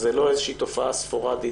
זו לא איזושהי תופעה ספורדית,